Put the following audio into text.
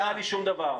אני, לא נראה לי שום דבר.